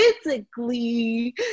physically